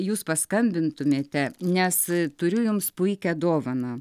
jūs paskambintumėte nes turiu jums puikią dovaną